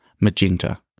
magenta